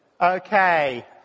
Okay